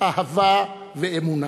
אהבה ואמונה.